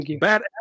Bad